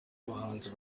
abahanzi